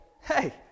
hey